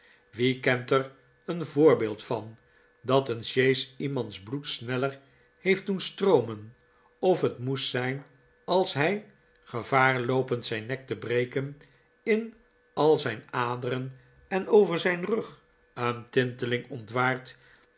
wie kent er een voorbeeld van dat een sjees iemands bloed sneller heeft doen stroomen of het moest zijn als hij gevaar loopend zijn nek te breken in al zijn aderen en over zijn rug een tinteling ontwaart